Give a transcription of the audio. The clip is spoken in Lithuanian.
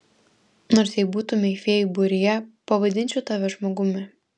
nors jei būtumei fėjų būryje pavadinčiau tave žmogumi